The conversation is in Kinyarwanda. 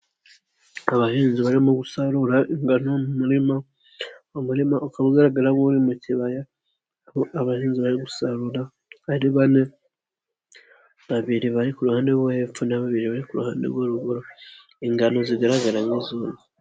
Abahinzi barimo gusarura ingano mu murima, umurima ukaba ugaragara nk'uri mu kibaya, aho abahinzi bari gusarura ari bane, babiri bari ku ruhande rwo hepfo na babiri bari ku ruhande rwo ruguru, ingano zigaragara nk'izumye.